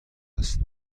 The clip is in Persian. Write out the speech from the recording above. است